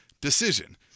decision